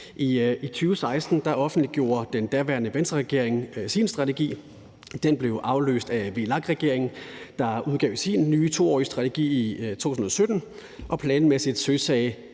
I 2016 offentliggjorde den daværende Venstreregering sin strategi. Den blev afløst af VLAK-regeringen, der udgav sin nye toårige strategi i 2017 og planmæssigt søsatte